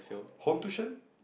home tuition